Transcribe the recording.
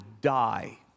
die